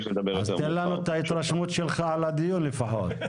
אז תן לנו את ההתרשמות שלך מהדיון לפחות.